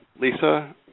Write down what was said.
Lisa